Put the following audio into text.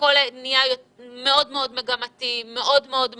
והכול נהיה מאוד מאוד מגמתי ומאוד ומאוד מכוון.